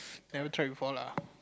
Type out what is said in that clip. never try before lah